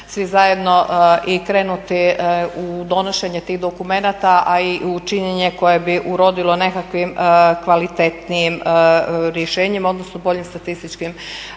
svi zajedno i krenuti u donošenje tih dokumenata, a i u činjenje koje bi urodilo nekakvim kvalitetnijim rješenjem, odnosno boljim statističkim rezultatima.